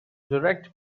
direct